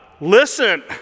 Listen